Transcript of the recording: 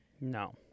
No